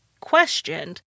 Questioned